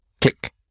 Click